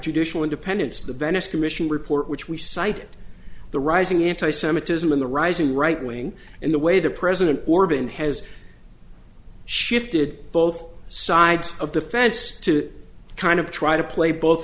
judicial independence of the venice commission report which we cited the rising anti semitism in the rising right wing and the way the president or been has shifted both sides of the fence to kind of try to play both